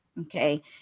Okay